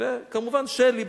וכמובן שלי,